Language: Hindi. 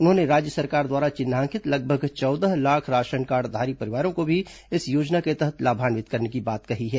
उन्होंने राज्य सरकार द्वारा चिन्हांकित लगभग चौदह लाख का राशनकार्डधारी परिवारों को भी इस योजना के तहत लाभान्वित करने की बात कही है